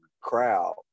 crowd